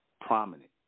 prominent